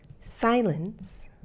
Silence